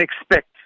expect